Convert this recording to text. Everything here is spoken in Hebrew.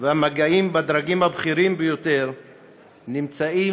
והמגעים בדרגים הבכירים ביותר נמצאים